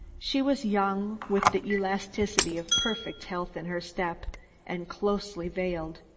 she was young, with the elasticity of perfect health in her step and closely veiled.